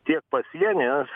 tiek pasienis